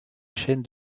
chaîne